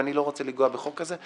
ואני לא רוצה לנגוע בחוק כזה,